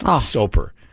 Soper